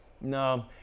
No